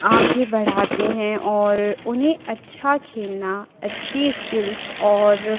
आगे बढ़ाते हैं और उन्हें अच्छा खेलना अच्छी स्किल्स और